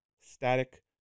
static